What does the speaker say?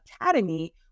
Academy